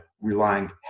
relying